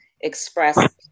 express